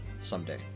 someday